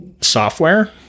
software